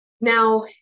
Now